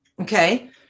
okay